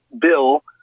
bill